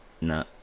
No